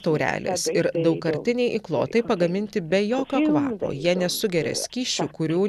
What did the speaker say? taurelės ir daugkartiniai įklotai pagaminti be jokio kvapo jie nesugeria skysčių kurių